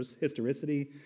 historicity